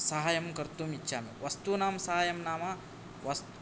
सहायं कर्तुमिच्छामि वस्तूनां सहायं नाम वस्त्